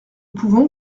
pouvons